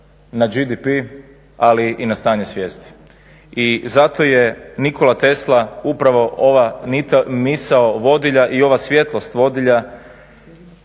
na GDP, ali i na stanje svijesti. I zato je Nikola Tesla upravo ova misao vodilja i ova svjetlost vodilja